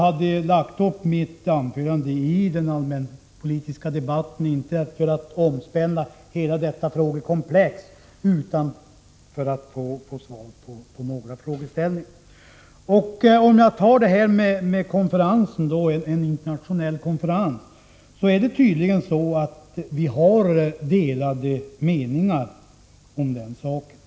Vidare hade jag lagt upp mitt anförande i den allmänpolitiska debatten så att det inte i första hand skulle omspänna hela detta frågekomplex, utan jag ville få några frågeställningar belysta. Tydligen råder det delade meningar om detta med konferenser.